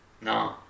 No